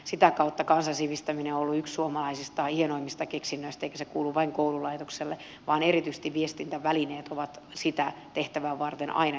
sitä kautta kansan sivistäminen on ollut yksi suomalaisista hienoimmista keksinnöistä eikä se kuulu vain koululaitokselle vaan erityisesti viestintävälineet ovat sitä tehtävää varten aina jalostettuja